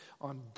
on